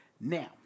Now